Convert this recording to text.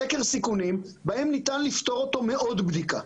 סקר סיכונים בהם ניתן לפתור אותו מעוד בדיקה.